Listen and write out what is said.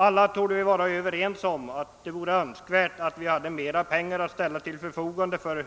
Alla torde vi vara överens om att det vore önskvärt att vi hade mera pengar att ställa till förfogande för